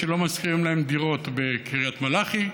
שלא משכירים להם דירות בקריית מלאכי,